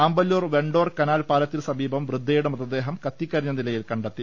Amballur Vendor canal പാലത്തിന് സമീപം വൃദ്ധയുടെ മൃതദേഹം കത്തിക്കരിഞ്ഞ നിലയിൽ കണ്ടെത്തി